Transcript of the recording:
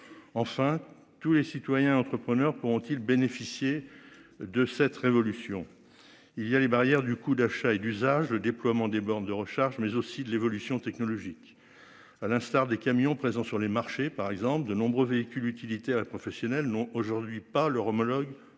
Enfin tous les citoyens entrepreneurs pour ont-ils bénéficier de cette révolution, il y a les barrières du coût d'achat et d'usage le déploiement des bornes de recharge mais aussi de l'évolution technologique, à l'instar des camions présents sur les marchés par exemple de nombreux véhicules utilitaires et professionnelle n'ont aujourd'hui pas leur homologue